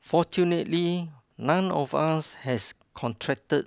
fortunately none of us has contracted